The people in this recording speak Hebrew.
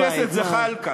חבר הכנסת זחאלקה,